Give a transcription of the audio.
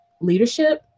leadership